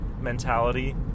mentality